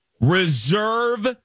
Reserve